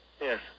Yes